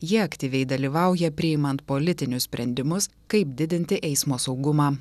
jie aktyviai dalyvauja priimant politinius sprendimus kaip didinti eismo saugumą